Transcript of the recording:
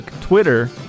Twitter